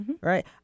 right